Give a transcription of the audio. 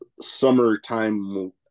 summertime